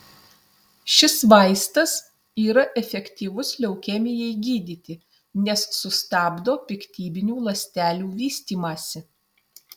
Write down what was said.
šis vaistas yra efektyvus leukemijai gydyti nes sustabdo piktybinių ląstelių vystymąsi